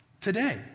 today